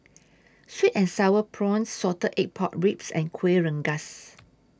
Sweet and Sour Prawns Salted Egg Pork Ribs and Kuih Rengas